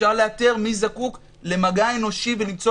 אפשר לאתר מי זקוק למגע אנושי ולמצוא